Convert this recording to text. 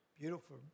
beautiful